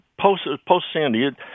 post-Sandy